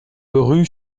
rue